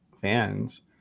fans